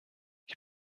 ich